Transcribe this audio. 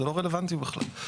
זה לא רלוונטי בכלל.